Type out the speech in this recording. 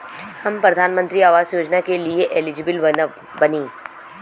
हम प्रधानमंत्री आवास योजना के लिए एलिजिबल बनी?